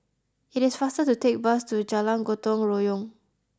it is faster to take the bus to Jalan Gotong Royong